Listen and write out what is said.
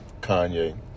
Kanye